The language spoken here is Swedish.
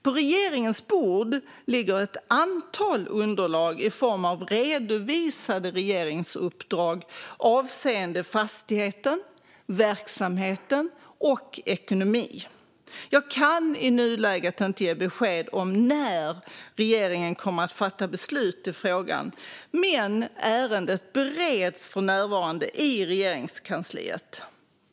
På regeringens bord ligger ett antal underlag i form av redovisade regeringsuppdrag avseende fastigheten, verksamheten och ekonomi. Jag kan i nuläget inte ge besked om när regeringen kommer att fatta beslut i frågan, men ärendet bereds för närvarande i Regeringskansliet.